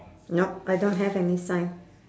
nope I don't have any sign